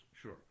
Sure